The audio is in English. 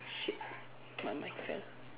shit ah my mic fell